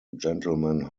gentleman